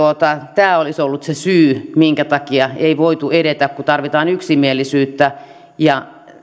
tämä olisi ollut se syy minkä takia ei voitu edetä kun tarvitaan yksimielisyyttä